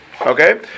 Okay